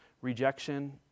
rejection